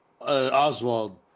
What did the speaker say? Oswald